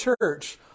church